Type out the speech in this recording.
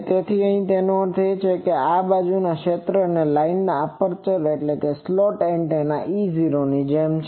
તેથી તેનો અર્થ એ છે કે આ બાજુની ક્ષેત્ર લાઈનો એ એપર્ચર અને સ્લોટ એન્ટેના E૦ ની જેમ છે